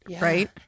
right